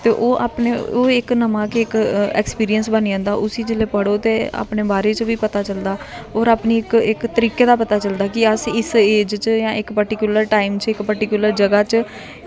ते ओह् अपना ओह् इक नमां गै इक एक्सपीरियंस बनी जंदा ओह् उसी जेल्लै पढ़ो ते अपने बारे च बी पता चलदा होर अपनी इक अपने तरीके दा पता चलदा कि अस इस एज च पर्टिकुलर टाइम च पर्टिकुलर जगह् च